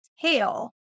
tail